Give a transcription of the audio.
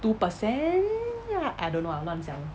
two percent I don't know 乱讲